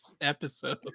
episode